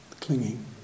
clinging